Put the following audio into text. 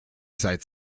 seit